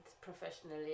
professionally